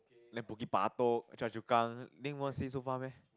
then Bukit Batok Choa Chu Kang stay so far meh